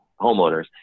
homeowners